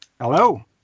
Hello